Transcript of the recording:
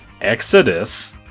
exodus